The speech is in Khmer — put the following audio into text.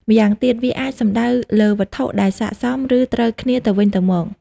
ម្យ៉ាងទៀត វាអាចសំដៅលើវត្ថុដែលសក្ដិសម ឬត្រូវគ្នាទៅវិញទៅមក។